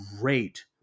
great